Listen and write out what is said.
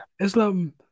Islam